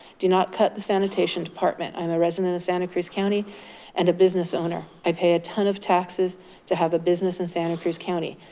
do not cut the sanitation department. i'm a resident of santa cruz county and a business owner. i pay a ton of taxes to have a business in santa cruz county.